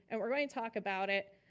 and we're going to talk about it,